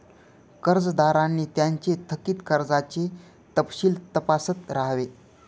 कर्जदारांनी त्यांचे थकित कर्जाचे तपशील तपासत राहावे